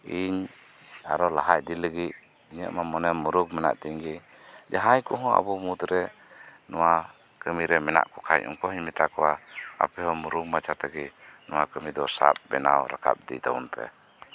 ᱤᱧ ᱟᱨᱚ ᱞᱟᱦᱟ ᱤᱫᱤ ᱞᱟᱹᱜᱤᱫ ᱤᱧᱟᱹᱜ ᱢᱟ ᱢᱚᱱᱮ ᱢᱩᱨᱩᱠ ᱢᱮᱱᱟᱜ ᱛᱤᱧ ᱜᱮ ᱡᱟᱦᱟᱸᱭ ᱠᱚᱦᱚᱸ ᱟᱵᱚ ᱢᱩᱫᱽᱨᱮ ᱱᱚᱶᱟ ᱠᱟᱹᱢᱤ ᱨᱮ ᱢᱮᱱᱟᱜ ᱠᱚ ᱠᱷᱟᱱ ᱩᱱᱠᱩ ᱦᱚᱧ ᱢᱮᱛᱟ ᱠᱚᱣᱟ ᱟᱯᱮ ᱦᱚᱸ ᱢᱩᱨᱩᱠ ᱢᱟᱪᱷᱟ ᱛᱮᱜᱮ ᱱᱚᱶᱟ ᱠᱟᱹᱢᱤ ᱫᱚ ᱥᱟᱵ ᱵᱮᱱᱟᱣ ᱨᱟᱠᱟᱵ ᱤᱫᱤ ᱛᱟᱵᱚᱱ ᱯᱮ